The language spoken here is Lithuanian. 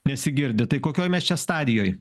nesigirdi tai kokioj mes čia stadijoj